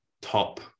top